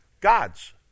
God's